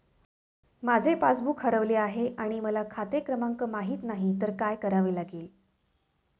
माझे पासबूक हरवले आहे आणि मला खाते क्रमांक माहित नाही तर काय करावे लागेल?